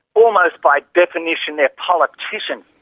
almost by definition, they are politicians.